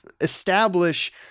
establish